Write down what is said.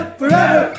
forever